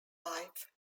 life